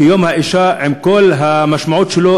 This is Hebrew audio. כיום האישה עם כל המשמעות שלו,